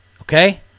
Okay